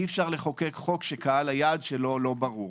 אי אפשר לחוקק חוק שקהל היעד שלו לא ברור.